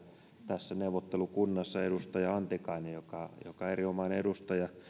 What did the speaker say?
tässä neuvottelukunnassa edustaja antikainen joka joka erinomainen edustaja